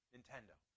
Nintendo